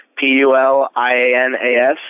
P-U-L-I-A-N-A-S